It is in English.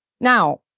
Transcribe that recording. now